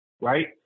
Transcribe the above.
right